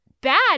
bad